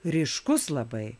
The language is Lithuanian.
ryškus labai